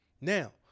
Now